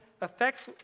affects